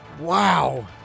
Wow